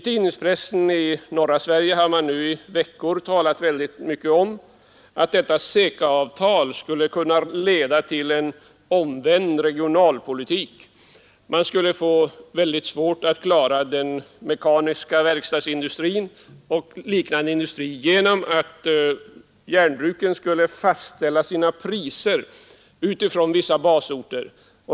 Tidningarna i norra Sverige har i veckor skrivit mycket om att CECA-avtalet skulle kunna leda till en omvänd regionalpolitik; man skulle få svårt att klara den mekaniska verkstadsindustrin och liknande industrier på grund av att järnbruken skulle fastställa sina priser utifrån vissa basorter.